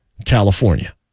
california